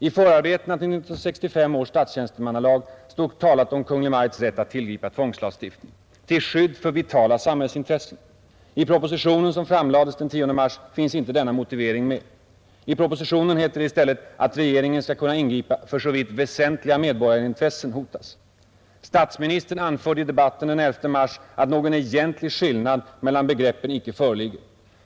I förarbetena till 1965 års statstjänstemannalag talas om Kungl. Maj:ts rätt att tillgripa tvångslagstiftning till skydd för vitala samhällsintressen. I den proposition som framlades den 10 mars finns inte denna motivering med. I propositionen heter det i stället att regeringen skall kunna ingripa för så vitt väsentliga medborgarintressen hotas. Statsministern anförde i debatten den 11 mars att någon egentlig skillnad mellan begreppen icke föreligger.